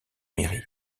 mairie